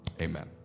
Amen